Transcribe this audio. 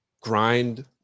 grind